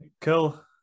Cool